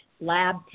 lab